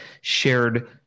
shared